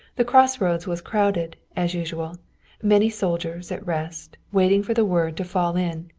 the crossroads was crowded, as usual many soldiers, at rest, waiting for the word to fall in,